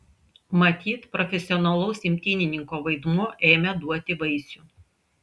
matyt profesionalaus imtynininko vaidmuo ėmė duoti vaisių